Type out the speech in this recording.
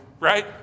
Right